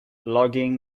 logging